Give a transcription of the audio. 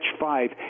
five